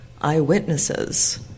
eyewitnesses